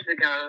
ago